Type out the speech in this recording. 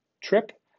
trip